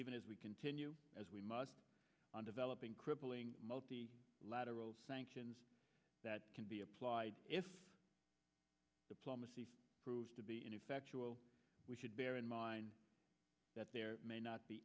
even as we continue as we must on developing crippling multi lateral sanctions that can be applied if diplomacy proves to be ineffectual we should bear in mind that there may not be